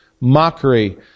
mockery